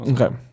Okay